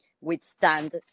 withstand